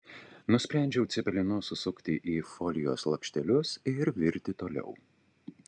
nusprendžiau cepelinus susukti į folijos lakštelius ir virti toliau